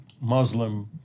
Muslim